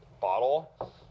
bottle